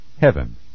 Heaven